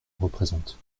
représente